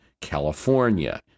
California